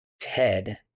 ted